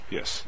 Yes